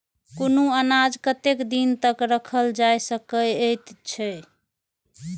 कुनू अनाज कतेक दिन तक रखल जाई सकऐत छै?